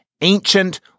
ancient